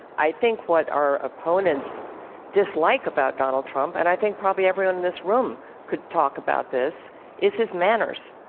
i think what our opponents dislike about donald trump and i think probably everyone in this room could talk about this is his manners,